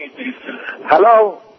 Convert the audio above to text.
Hello